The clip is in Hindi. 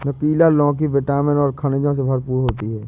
नुकीला लौकी विटामिन और खनिजों से भरपूर होती है